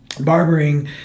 barbering